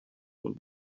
will